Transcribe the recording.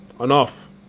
Enough